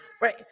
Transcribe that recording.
right